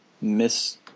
miss